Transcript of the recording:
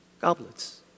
goblets